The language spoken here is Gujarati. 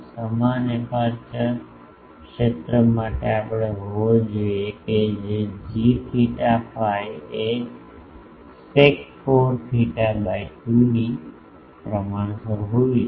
સમાન અપેર્ચર ક્ષેત્ર માટે આપણે જોઈએ છે કે g theta phi એ sec 4 theta by 2 ની પ્રમાણસર હોવી જોઈએ